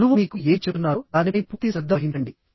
గురువు మీకు ఏమి చెప్తున్నారో దానిపై పూర్తి శ్రద్ధ వహించండి